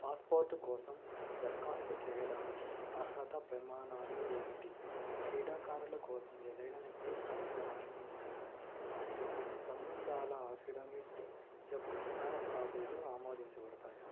passport కోసం దరఖాస్తు చెయ్యడానికి అర్హత ప్రమాణాలు ఏమిటి క్రీడాకారుల కోసం ఏదైనా నిర్దిష్ట అవసరాలు ఉన్నాయా మరియు సంబంధాల ఆఫిడవిట్ యొక్క స్టాఫ్ కాపీలు ఆమోదించబడతాయా